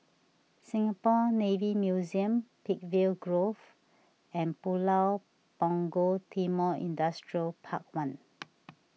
Singapore Navy Museum Peakville Grove and Pulau Punggol Timor Industrial Park one